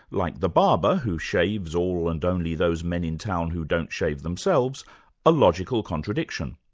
like the barber who shaves all and only those men in town who don't shave themselves a logical contradiction.